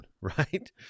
right